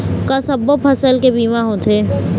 का सब्बो फसल के बीमा होथे?